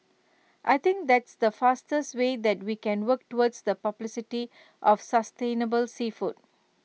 I think that's the fastest way that we can work towards the publicity of sustainable seafood